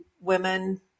women